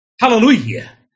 Hallelujah